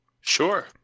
Sure